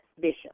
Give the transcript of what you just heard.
Bishop